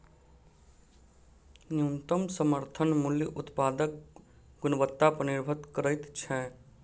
न्यूनतम समर्थन मूल्य उत्पादक गुणवत्ता पर निभर करैत छै